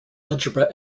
algebra